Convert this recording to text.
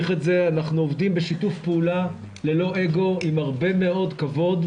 עובדים בשיתוף פעולה ללא אגו עם הרבה מאוד כבוד,